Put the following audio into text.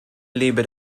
lebe